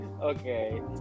Okay